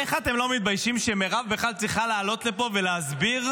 איך אתם לא מתביישים שמירב בכלל צריכה לעלות לפה ולהסביר?